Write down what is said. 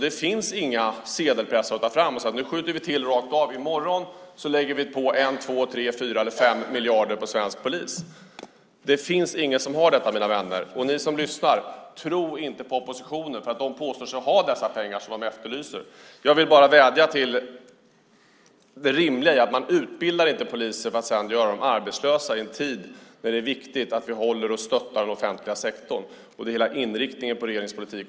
Det finns inga sedelpressar att ta fram så att vi kan säga att nu skjuter vi till rakt av och i morgon lägger vi 1, 2, 3, 4 eller 5 miljarder på svensk polis. Det finns inte, mina vänner. Ni som lyssnar ska inte tro på oppositionen när de påstår sig ha de pengar som de efterlyser. Jag vill vädja om det rimliga i att man inte utbildar poliser för att göra dem arbetslösa i en tid när det är viktigt att vi stöttar den offentliga sektorn. Det är inriktningen på regeringens politik.